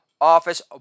office